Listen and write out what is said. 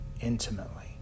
intimately